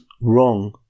wrong